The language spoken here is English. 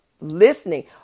listening